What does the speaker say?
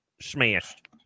smashed